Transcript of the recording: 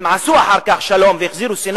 הם עשו אחר כך שלום והחזירו את סיני,